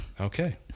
Okay